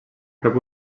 rep